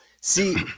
See